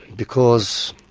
because,